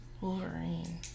Wolverine